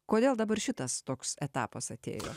kodėl dabar šitas toks etapas atėjo